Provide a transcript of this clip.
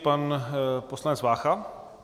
Pan poslanec Vácha.